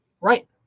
right